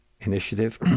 initiative